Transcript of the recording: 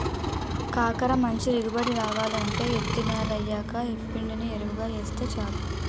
కాకర మంచి దిగుబడి రావాలంటే యిత్తి నెలయ్యాక యేప్పిండిని యెరువుగా యేస్తే సాలు